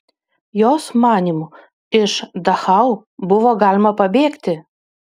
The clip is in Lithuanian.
jos manymu iš dachau buvo galima pabėgti